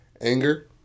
anger